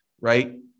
right